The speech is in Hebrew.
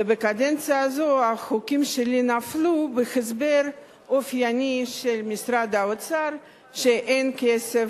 בקדנציה הזאת החוקים שלי נפלו בהסבר אופייני של משרד האוצר שאין כסף,